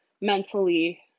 mentally